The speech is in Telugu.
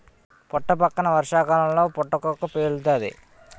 పుట్టపక్కన వర్షాకాలంలో పుటకక్కు పేలుతాది